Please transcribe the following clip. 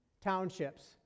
townships